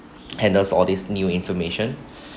handle all this new information